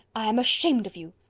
i am ashamed of you!